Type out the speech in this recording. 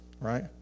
right